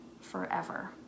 forever